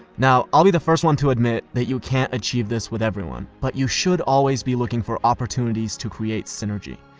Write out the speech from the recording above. now i'll be the first to admit that you can't achieve this with everyone, but you should always be looking for opportunities to create synergy.